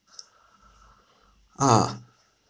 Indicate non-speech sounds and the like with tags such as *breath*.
ah *breath*